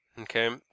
Okay